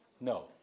No